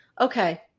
Okay